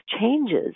changes